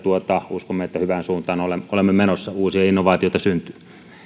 uskomme että hyvään suuntaan olemme menossa uusia innovaatioita syntyy